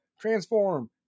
Transform